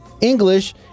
English